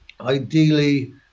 Ideally